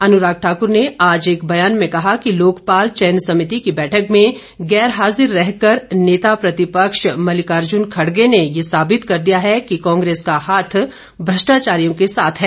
अनुराग ठाक्र ने आज एक बयान में कहा कि लोकपाल चयन समिति की बैठक में गैर हाजिर रहकर नेता प्रतिपक्ष मल्किार्जुन खडगे ने ये साबित कर दिया है कि कांग्रेस का हाथ भ्रष्टाचारियों के साथ है